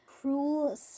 cruel